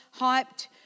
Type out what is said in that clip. hyped